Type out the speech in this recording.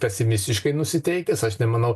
pesimistiškai nusiteikęs aš nemanau